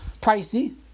pricey